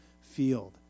field